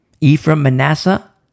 Ephraim-Manasseh